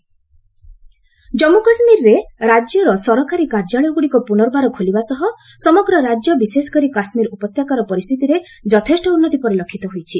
JK situation Jammu କାଶ୍ଳୀରରେ ରାଜ୍ୟର ସରକାରୀ କାର୍ଯ୍ୟାଳୟଗୁଡ଼ିକ ପୁନର୍ବାର ଖୋଲିବା ସହ ସମଗ୍ର ରାଜ୍ୟ ବିଶେଷକରି କାଶ୍କୀର ଉପତ୍ୟକାର ପରିସ୍ଥିତିରେ ଯଥେଷ୍ଟ ଉନ୍ନତି ପରିଲକ୍ଷିତ ହୋଇଛି